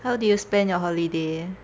how do you spend your holiday